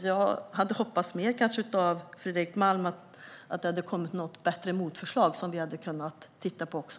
Jag hade hoppats mer av Fredrik Malm, att det hade kommit ett bättre motförslag som vi också hade kunnat titta på.